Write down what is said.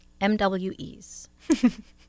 MWEs